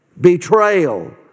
Betrayal